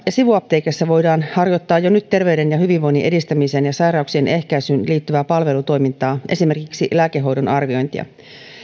ja sivuapteekeissa voidaan harjoittaa jo nyt terveyden ja hyvinvoinnin edistämiseen ja sairauksien ehkäisyyn liittyvää palvelutoimintaa esimerkiksi lääkehoidon arviointia